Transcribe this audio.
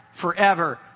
forever